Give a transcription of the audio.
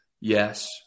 Yes